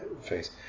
face